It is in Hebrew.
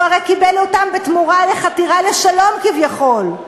הוא הרי קיבל אותם בתמורה לחתירה לשלום, כביכול.